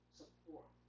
support